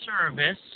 service